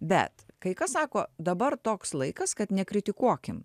bet kai kas sako dabar toks laikas kad nekritikuokim